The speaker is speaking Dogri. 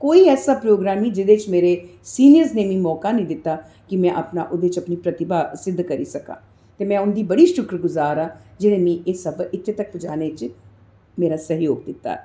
कोई ऐसा प्रोग्राम नेईं हा जेह्दे च मेरे सिनियर्स नै मिगी मौका नेईं दित्ता कि में ओह्दे च अपनी प्रतिभा सिध्द करी सकां ते में उंदी बड़ी शुक्रगुज़ार हां जिनें मिगी एह् सब इत्थूं तक पजाने च मेरा सैहयोग कीता